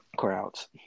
crowds